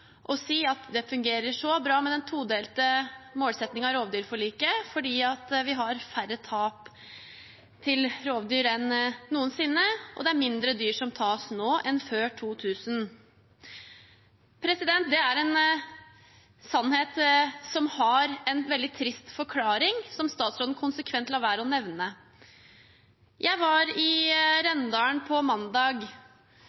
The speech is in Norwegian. si at det fungerer så bra med den todelte målsettingen i rovdyrforliket, fordi vi har mindre tap til rovdyr enn noensinne, og det er færre dyr som tas nå enn før 2000. Det er en sannhet som har en veldig trist forklaring, som statsråden konsekvent lar være å nevne. Jeg var i